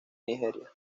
nigeria